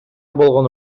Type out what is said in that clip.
болгону